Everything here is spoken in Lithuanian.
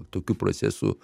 tokių procesų